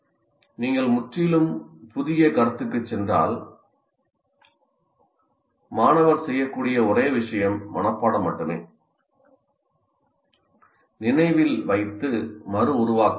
நீங்கள் முற்றிலும் புதிய கருத்துக்குச் சென்றால் மாணவர் செய்யக்கூடிய ஒரே விஷயம் மனப்பாடம் மட்டுமே நினைவில் வைத்து மறு உருவாக்கம் செய்யுங்கள்